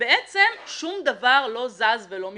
ובעצם שום דבר לא זז ולא משתנה.